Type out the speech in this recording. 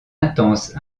intense